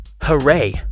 Hooray